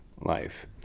life